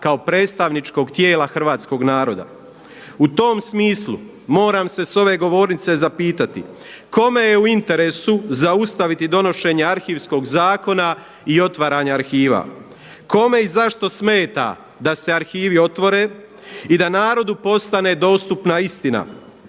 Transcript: kao predstavničkog tijela hrvatskoga naroda. U tom smislu moram se sa ove govornice zapitati kome je u interesu zaustaviti donošenje Arhivskog zakona i otvaranja arhiva. Kome i zašto smeta da se arhivi otvore i da narodu postane dostupna istina.